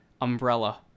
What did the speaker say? umbrella